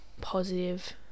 positive